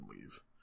leave